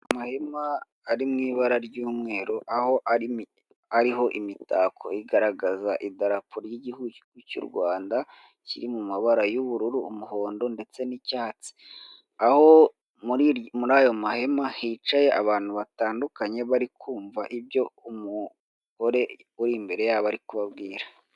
Amahema ari mu ibara ry'umweru aho ariho imitako igaragaza idarapo ry'igihugu cy'u Rwanda kiri mu mabara y'ubururu umuhondo ndetse n'icyatsi, aho muri ayo mahema hicaye abantu batandukanye bari kumva ibyo umugore uri imbere yabo ari kubabwira.